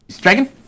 Dragon